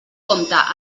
compte